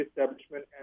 Establishment